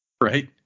Right